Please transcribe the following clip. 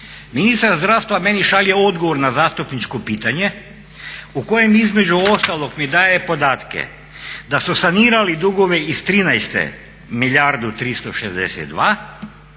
ministar zdravstva meni šalje odgovor na zastupničko pitanje u kojem između ostalog mi daje podatke da su sanirali dugove iz '13. milijardu 362, iz